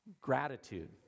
gratitude